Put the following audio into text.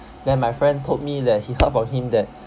then my friend told me that he heard from him that